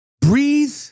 Breathe